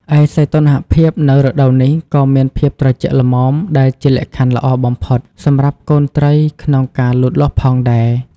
ឯសីតុណ្ហភាពនៅរដូវនេះក៏មានភាពត្រជាក់ល្មម ដែលជាលក្ខខណ្ឌល្អបំផុតសម្រាប់កូនត្រីក្នុងការលូតលាស់ផងដែរ។